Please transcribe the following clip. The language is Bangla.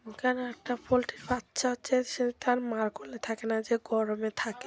ওখানে একটা পোলট্রির বাচ্চা আছে সে তার আর মার করলে থাকে না যে গরমে থাকে